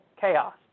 chaos